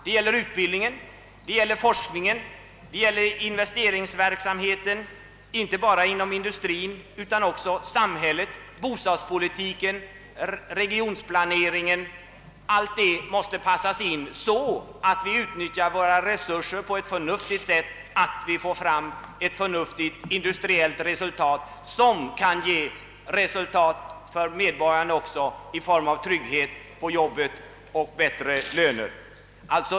Det gäller utbildningen, forskningen och investeringsverksamheten inte bara inom industrin utan också inom samhället allmänt sett, inom bostadspolitiken och inom regionplaneringen. Allt detta måste passas in så att vi utnyttjar våra resurser på ett förnuftigt sätt, som kan ge resultat också för medborgarna i form av trygghet i arbetet och bättre löner.